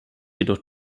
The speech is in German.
jedoch